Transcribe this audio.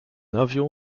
avion